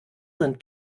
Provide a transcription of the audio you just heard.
sind